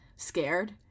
scared